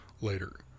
later